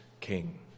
king